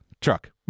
truck